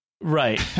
Right